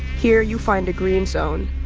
here you find a green zone,